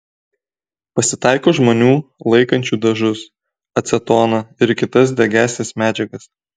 pasitaiko žmonių laikančių dažus acetoną ir kitas degiąsias medžiagas